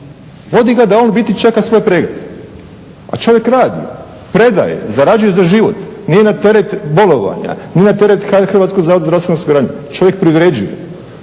Vodi ga da on u biti čeka svoj pregled, a čovjek radi, predaje, zarađuje za život. Nije na teret bolovanja, nije na teret HZZO-a, čovjek privređuje.